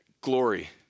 Glory